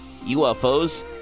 ufos